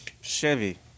Chevy